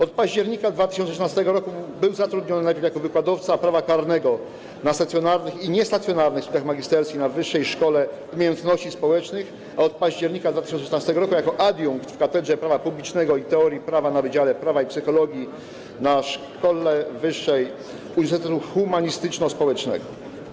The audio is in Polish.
Od października 2013 r. był zatrudniony najpierw jako wykładowca prawa karnego na stacjonarnych i niestacjonarnych studiach magisterskich w Wyższej Szkole Umiejętności Społecznych, a od października 2014 r. jako adiunkt w Katedrze Prawa Publicznego i Teorii Prawa na Wydziale Prawa i Psychologii w SWPS Uniwersytet Humanistycznospołeczny.